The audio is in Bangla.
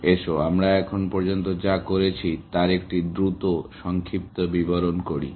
এসো আমরা এখন পর্যন্ত যা করেছি তার একটি দ্রুত সংক্ষিপ্ত বিবরণ করি